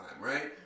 right